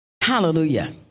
Hallelujah